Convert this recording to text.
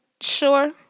sure